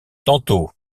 tantôt